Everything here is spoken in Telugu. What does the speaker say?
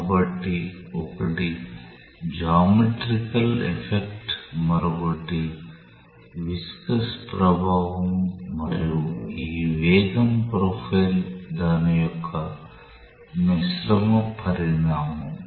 కాబట్టి ఒకటి జామెట్రికల్ ఎఫెక్ట్ మరొకటి విస్కాస్ ప్రభావం మరియు ఈ వేగం ప్రొఫైల్ దాని యొక్క మిశ్రమ పరిణామం